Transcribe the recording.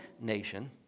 nation